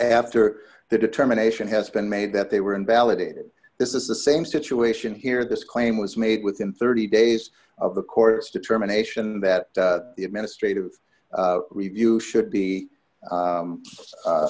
after the determination has been made that they were invalidated this is the same situation here this claim was made within thirty days of the court's determination that the administrative review should be